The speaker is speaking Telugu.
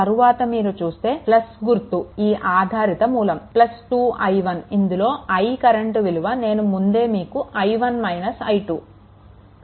తరువాత మీరు చూస్తే గుర్తు ఈ ఆధారిత మూలం 2I ఇందులో I కరెంట్ విలువ నేను ముందు మీకు i1 - i2